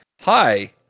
hi